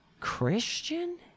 Christian